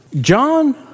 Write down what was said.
John